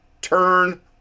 turn